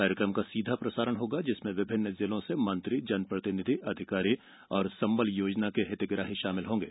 कार्यक्रम का सीधा प्रसारण होगा जिसमें विभिन्न जिलों से मंत्री जनप्रतिनिधि अधिकारी और संबल योजना के हितग्राही शामिल होंगे